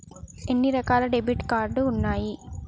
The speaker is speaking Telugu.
ఎన్ని రకాల డెబిట్ కార్డు ఉన్నాయి?